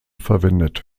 verwendet